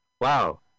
Wow